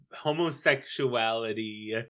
homosexuality